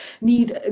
need